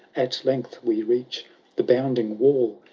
at length we reach the bounding wall,